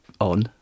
on